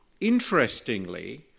Interestingly